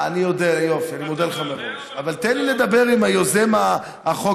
שאם החוק